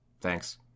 thanks